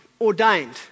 ordained